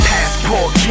Passport